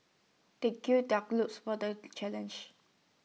they gird their glues for the challenge